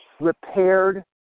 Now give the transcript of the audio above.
repaired